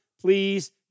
please